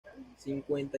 cincuenta